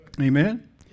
Amen